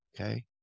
okay